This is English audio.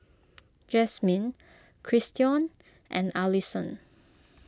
Jasmin Christion and Allyson